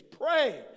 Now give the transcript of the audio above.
Pray